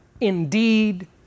indeed